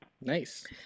nice